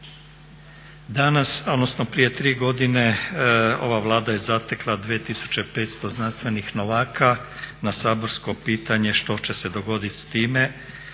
Danas odnosno prije tri godine ova Vlada je zatekla 2500 znanstvenih novaka, na saborsko pitanje što će se dogoditi s time